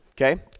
Okay